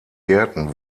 gärten